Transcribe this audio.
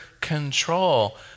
control